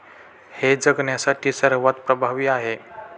हे जगण्यासाठी सर्वात प्रभावी आहे